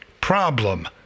problem